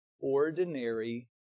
ordinary